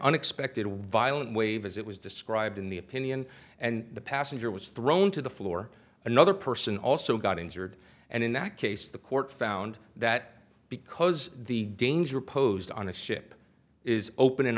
unexpected violent wave as it was described in the opinion and the passenger was thrown to the floor another person also got injured and in that case the court found that because the danger posed on a ship is open an